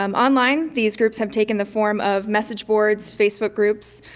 um online these groups have taken the form of message boards, facebook groups.